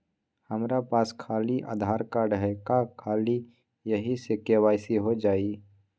हमरा पास खाली आधार कार्ड है, का ख़ाली यही से के.वाई.सी हो जाइ?